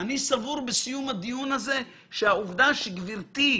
- אני סבור שעצם העובדה שגברתי,